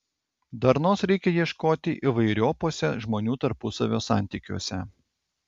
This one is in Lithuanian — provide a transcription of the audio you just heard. darnos reikia ieškoti įvairiopuose žmonių tarpusavio santykiuose